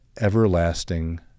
everlasting